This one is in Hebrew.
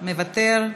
מוותר,